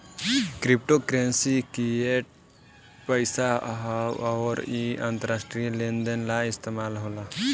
crypto currency fiat पईसा ह अउर इ अंतरराष्ट्रीय लेन देन ला इस्तमाल होला